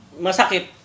masakit